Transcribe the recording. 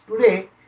today